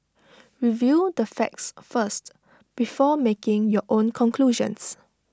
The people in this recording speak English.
review the facts first before making your own conclusions